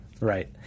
Right